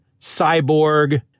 Cyborg